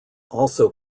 also